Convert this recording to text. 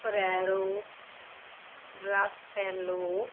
Ferrero Raffaello